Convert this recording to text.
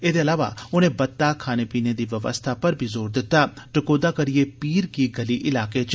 एदे इलावा उने बत्ता खाने पीने दी व्यवस्था पर बी जोर दिता टकोहदा करियै पीर की गली इलाके च